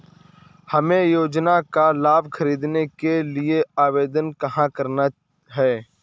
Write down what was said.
हमें योजना का लाभ ख़रीदने के लिए आवेदन कहाँ करना है?